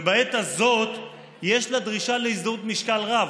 ובעת הזאת יש לדרישה להזדהות משקל רב,